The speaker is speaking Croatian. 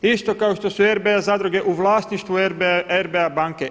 Isto kao što su RBA zadruge u vlasništvu RBA banke.